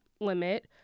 limit